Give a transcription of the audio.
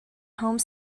home